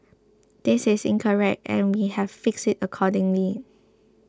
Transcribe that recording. this is incorrect and we have fixed it accordingly